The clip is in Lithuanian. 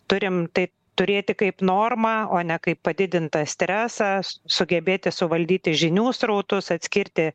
turim tai turėti kaip normą o ne kaip padidintą stresą s sugebėti suvaldyti žinių srautus atskirti